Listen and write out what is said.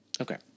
Okay